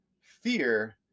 fear